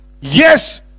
Yes